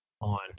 on